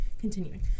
continuing